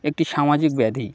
একটি সামাজিক ব্যাধি